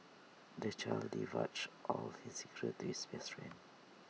the child divulged all his secrets to his best friend